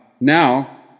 now